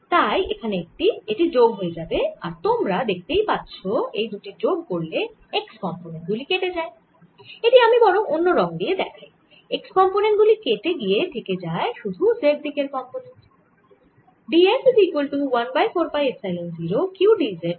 তাই এখানে এটি যোগ হয়ে যাবে আর তোমরা দেখতেই পাচ্ছো এই দুটি যোগ করলে x কম্পোনেন্ট গুলি কেটে যায় এটি আমি বরং অন্য রঙ দিয়ে দেখাই x কম্পোনেন্ট গুলি কেটে গিয়ে থেকে যায় শুধু z দিকের কম্পোনেন্ট